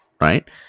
right